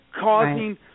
causing